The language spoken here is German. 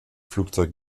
flugzeug